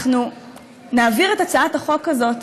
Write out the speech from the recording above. אנחנו נעביר את הצעת החוק הזאת,